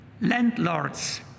landlords